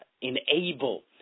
enable